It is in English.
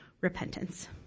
repentance